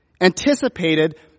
anticipated